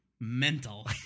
mental